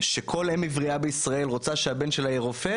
שכל אם עברייה בישראל רוצה שהבן שלה יהיה רופא,